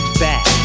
back